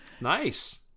Nice